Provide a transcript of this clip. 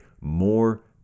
more